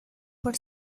por